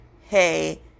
hey